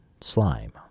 slime